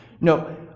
No